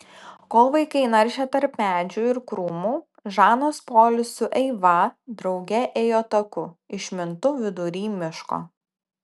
kol vaikai naršė tarp medžių ir krūmų žanas polis su eiva drauge ėjo taku išmintu vidury miško